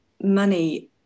money